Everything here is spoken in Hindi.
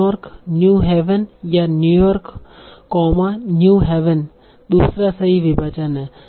न्यूयॉर्क न्यू हेवन या न्यू यॉर्क न्यू हेवन दूसरा सही विभाजन है